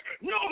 No